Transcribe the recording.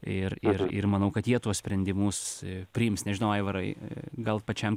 ir ir ir manau kad jie tuos sprendimus priims nežinau aivarai gal pačiam